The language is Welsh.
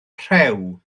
rhew